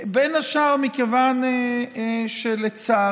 בין השאר מכיוון שלצערי